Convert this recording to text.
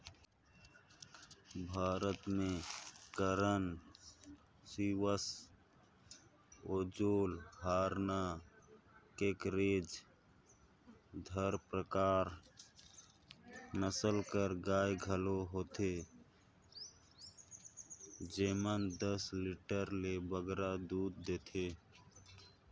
भारत में करन स्विस, ओंगोल, हराना, केकरेज, धारपारकर नसल कर गाय घलो होथे जेमन दस लीटर ले बगरा दूद देथे